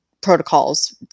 protocols